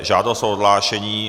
Žádost o odhlášení.